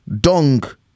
Dong